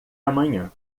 amanhã